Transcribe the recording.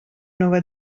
nova